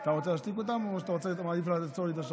אתה רוצה להשתיק אותם או שאתה מעדיף לעצור לי את השעון?